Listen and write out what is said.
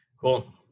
Cool